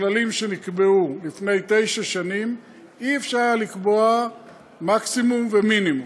בכללים שנקבעו לפני תשע שנים אי-אפשר לקבוע מקסימום ומינימום,